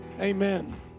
amen